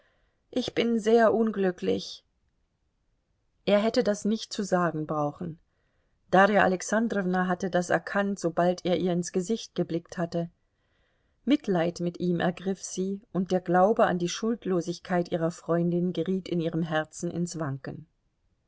ich bin sehr unglücklich er hätte das nicht zu sagen brauchen darja alexandrowna hatte das erkannt sobald er ihr ins gesicht geblickt hatte mitleid mit ihm ergriff sie und der glaube an die schuldlosigkeit ihrer freundin geriet in ihrem herzen ins wanken